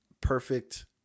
perfect